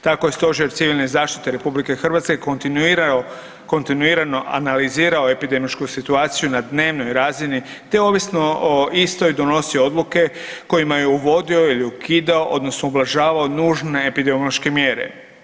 Tako je Stožer civilne zaštite RH kontinuirao analizirao epidemiološku situaciju na dnevnoj razini te ovisno o istoj donosio odluke kojima je uvodio ili ukidao odnosno ublažavao nužne epidemiološke mjere.